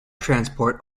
transport